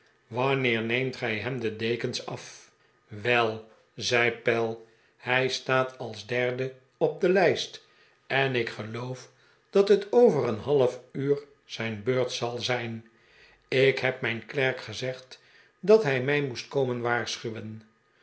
wanneer neemt gij hem de dekens af wel zei pell hij staat als derde op de lijst en ik geloof dat het over een half uur zijn beurt zal zijn ik heb mijn klerk gezegd dat hij mij moest komen waarschuwen